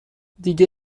دیگه